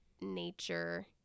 nature